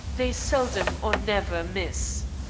they seldom or never miss.